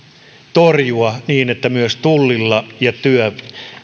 torjua niin että myös tullilla ja